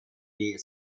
die